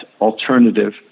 Alternative